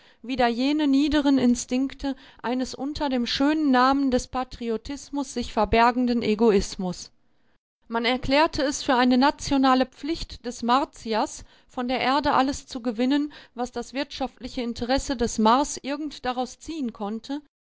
wieder jene niederen instinkte eines unter dem schönen namen des patriotismus sich verbergenden egoismus man erklärte es für eine nationale pflicht des martiers von der erde alles zu gewinnen was das wirtschaftliche interesse des mars irgend daraus ziehen konnte